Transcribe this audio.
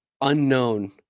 unknown